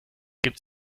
gibt